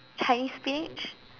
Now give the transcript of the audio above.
Chinese spinach